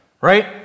right